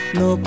no